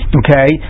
okay